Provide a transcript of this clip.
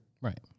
right